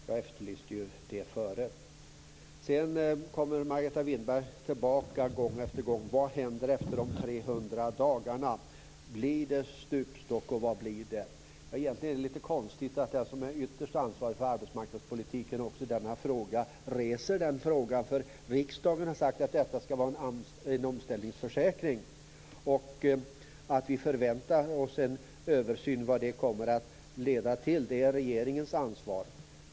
Jag efterlyste det förut. Sedan kommer Margareta Winberg gång efter gång tillbaka till vad som händer efter de 300 dagarna. Blir det stupstock eller vad blir det? Egentligen är det litet konstigt att den som är ytterst ansvarig för arbetsmarknadspolitiken reser den frågan. Riksdagen har sagt att detta skall vara en omställningsförsäkring och att vi förväntar oss en översyn. Vad den kommer att leda till är regeringens ansvar.